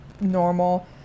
normal